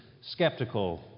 skeptical